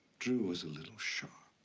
drew was a little sharp.